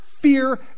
fear